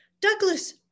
Douglas